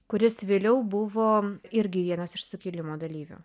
kuris vėliau buvo irgi vienas iš sukilimo dalyvių